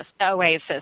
Oasis